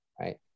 right